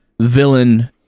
villain